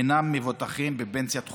אינם מבוטחים בפנסיית חובה.